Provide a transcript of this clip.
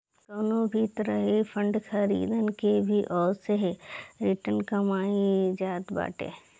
कवनो भी तरही बांड खरीद के भी ओसे रिटर्न कमाईल जात बाटे